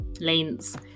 lanes